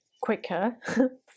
quicker